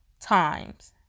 times